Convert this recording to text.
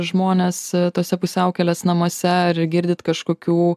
žmonės tuose pusiaukelės namuose ar girdit kažkokių